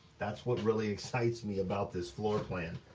that's what really excites me about this floor plan,